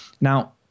Now